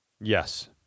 Yes